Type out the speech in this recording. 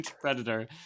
Predator